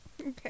Okay